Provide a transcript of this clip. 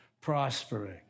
prospering